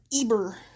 Eber